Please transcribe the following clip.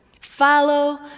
follow